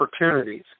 opportunities